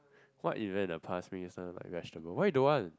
what event in the past make you stun like vegetable why you don't want